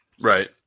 Right